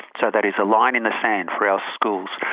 so that is a line in the sand for our schools.